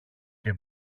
και